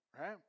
Right